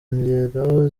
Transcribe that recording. ngero